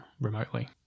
remotely